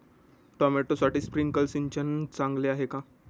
टोमॅटोसाठी स्प्रिंकलर सिंचन चांगले आहे का?